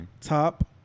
top